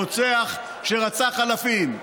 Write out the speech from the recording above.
רוצח שרצח אלפים.